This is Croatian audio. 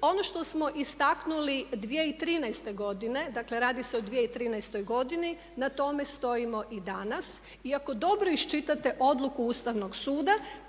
Ono što smo istaknuli 2013. godine, dakle radi se o 2013. godini, na tome stojimo i danas. I ako dobro iščitate odluku Ustavnog suda